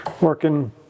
working